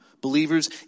believers